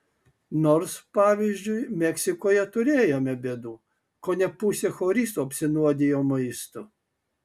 nors pavyzdžiui meksikoje turėjome bėdų kone pusė choristų apsinuodijo maistu